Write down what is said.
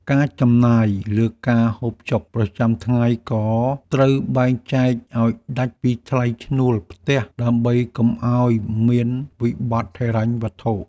ការចំណាយលើការហូបចុកប្រចាំថ្ងៃក៏ត្រូវបែងចែកឱ្យដាច់ពីថ្លៃឈ្នួលផ្ទះដើម្បីកុំឱ្យមានវិបត្តិហិរញ្ញវត្ថុ។